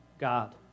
God